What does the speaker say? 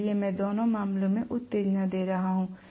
इसलिए मैं दोनों मामलों में उत्तेजना देने जा रहा हूं